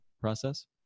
process